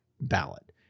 ballot